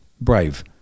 Brave